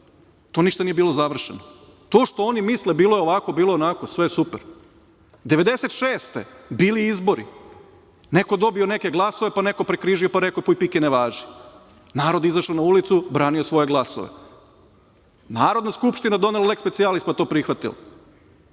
tu ništa nije bilo završeno. To što oni misle bilo je ovako, bilo je onako, sve super. Godine 1996. bili izbori, neko dobio neke glasove, pa neko prekržio, pa rekao – puj pike ne važi. Narod izašao na ulicu, branio svoje glasove. Narodna skupština donela leks specijalis, pa to prihvatila.